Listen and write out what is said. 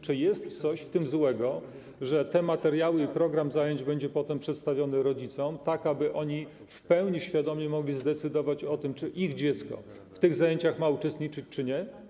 Czy jest coś złego w tym, że materiały i program zajęć będą potem przedstawione rodzicom, tak aby oni w pełni świadomie mogli zdecydować o tym, czy ich dziecko w tych zajęciach ma uczestniczyć, czy nie?